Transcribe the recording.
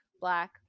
black